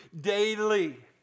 daily